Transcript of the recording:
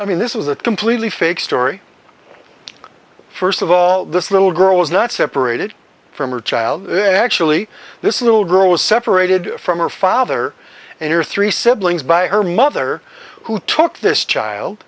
i mean this is a completely fake story first of all this little girl is not separated from her child then actually this little girl was separated from her father and her three siblings by her mother who took this child